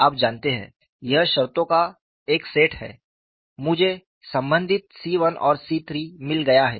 आप जानते हैं यह शर्तों का एक सेट है मुझे संबंधित C 1 और C 3 मिल गया है